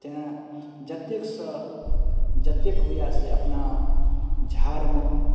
तैँ जतेकसँ जतेक हुए से अपना झाड़मे